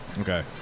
Okay